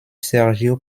sergio